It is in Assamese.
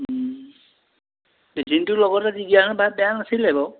লেটিনটো লগতে দি দিয়া হ'লে বেয়া নাছিলে বাৰু